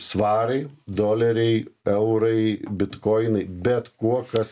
svarai doleriai eurai bitkoinai bet kuo kas